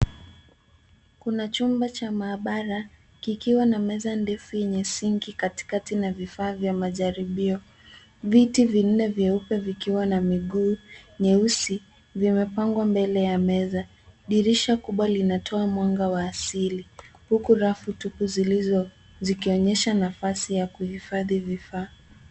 Kuna chumba cha mahabara, kikiwa na meza ndefu yenye sinki katikati na vifaa vya majaribio. Viti vinne vyeupe vikiwa na miguu nyeusi vimepangwa mbele ya meza. Dirisha kubwa linatoa mwanga wa asili, huku rafu tupu zikionyesha nafasi ya kuhifadhi vifaa.